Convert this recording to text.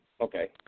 okay